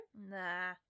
nah